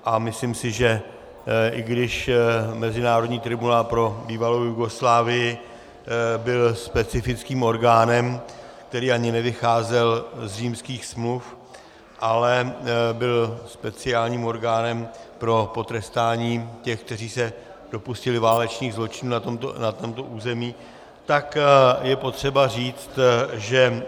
A myslím si, že i když Mezinárodní tribunál pro bývalou Jugoslávii byl specifickým orgánem, který ani nevycházel z Římských smluv, ale byl speciálním orgánem pro potrestání těch, kteří se dopustili válečných zločinů na tomto území, tak je potřeba říct, že